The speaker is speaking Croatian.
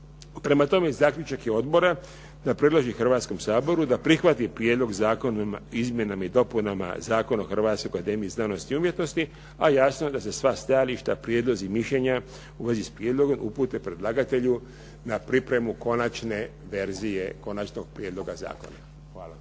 Prema tome, zaključak je odbora da predloži Hrvatskom saboru da prihvati Prijedlog zakona o izmjenama i dopunama Zakona o Hrvatskoj akademiji znanosti i umjetnosti a jasno da se sva stajališta, prijedlozi i mišljenja u vezi s prijedlogom upute predlagatelju na pripremu konačne verzije konačnog prijedloga zakona. Hvala.